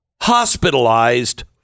hospitalized